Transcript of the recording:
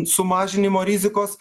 sumažinimo rizikos